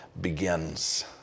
begins